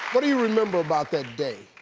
what do you remember about that day?